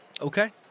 Okay